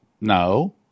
No